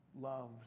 loves